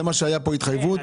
זה מה שהייתה ההתחייבות פה,